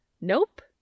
Nope